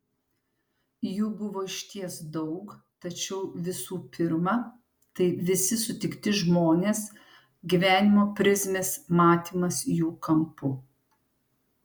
jų buvo išties daug tačiau visų pirma tai visi sutikti žmonės gyvenimo prizmės matymas jų kampu